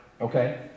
Okay